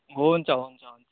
हुन्छ हुन्छ हुन्छ